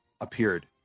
appeared